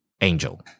Angel